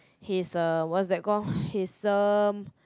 his um what's that call his um